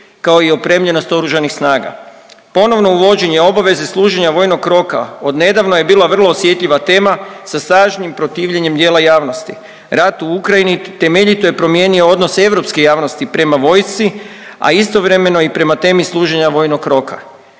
kao i opremljenost oružanih snaga. Ponovno uvođenje obaveze služenja vojnog roka od nedavno je bilo vrlo osjetljiva tema, sa snažnim protivljenjem dijela javnosti. Rat u Ukrajini temeljito je promijenio odnos europske javnosti prema vojsci, a istovremeno i prema temi služenja vojnog roka.